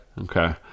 Okay